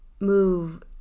move